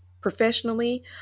professionally